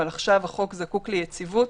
אבל עכשיו החוק זקוק ליציבות.